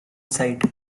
sight